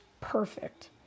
perfect